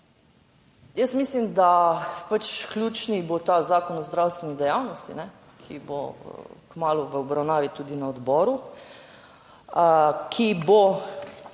Jaz mislim, da pač ključni bo ta Zakon o zdravstveni dejavnosti, ki bo kmalu v obravnavi tudi na odboru, ki bo